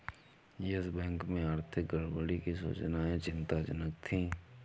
yes Bank में आर्थिक गड़बड़ी की सूचनाएं चिंताजनक थी